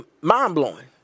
mind-blowing